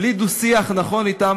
בלי דו-שיח נכון אתם,